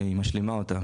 היא משלימה אותה.